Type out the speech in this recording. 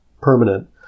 permanent